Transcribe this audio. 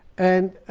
and